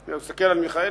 אני מסתכל על מיכאלי,